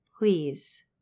please